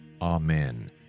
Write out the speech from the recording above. Amen